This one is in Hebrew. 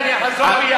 כשאני אעלה,